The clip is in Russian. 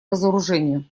разоружению